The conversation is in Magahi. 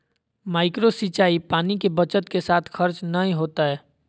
माइक्रो सिंचाई पानी के बचत के साथ खर्च नय होतय